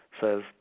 says